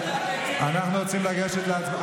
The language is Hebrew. אנחנו רוצים לגשת להצבעה,